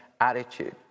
attitude